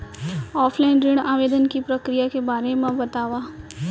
Offline ऋण आवेदन के प्रक्रिया के बारे म बतावव?